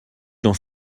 dans